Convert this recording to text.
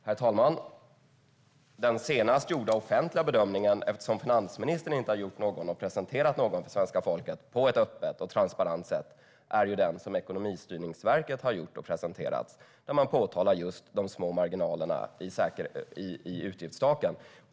Herr talman! Den senast gjorda offentliga bedömningen - finansministern har ju inte gjort någon eller presenterat något för svenska folket på ett öppet och transparent sätt - är den Ekonomistyrningsverket har gjort och presenterat. Där påtalar man just de små marginalerna i utgiftstaken.